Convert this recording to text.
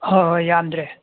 ꯍꯣꯏ ꯍꯣꯏ ꯌꯥꯝꯗ꯭ꯔꯦ